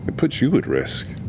it puts you at risk.